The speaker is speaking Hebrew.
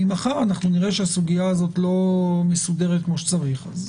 אם מחר נראה שהסוגיה הזאת לא מסודרת כפי שצריך אז